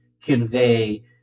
convey